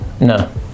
No